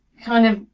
kind of,